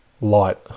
light